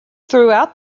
throughout